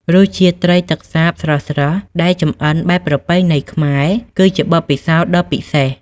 រសជាតិត្រីទឹកសាបស្រស់ៗដែលចម្អិនបែបប្រពៃណីខ្មែរ គឺជាបទពិសោធន៍ដ៏ពិសេស។